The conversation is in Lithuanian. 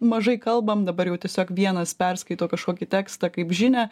mažai kalbam dabar jau tiesiog vienas perskaito kažkokį tekstą kaip žinią